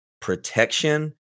protection